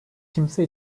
kimse